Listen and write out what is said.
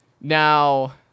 Now